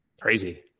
Crazy